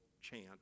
chant